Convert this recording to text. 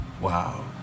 Wow